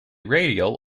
radial